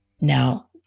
Now